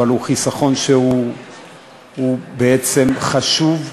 אבל הוא חיסכון שהוא בעצם חשוב,